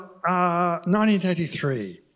1983